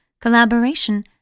collaboration